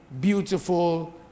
beautiful